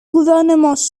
gouvernements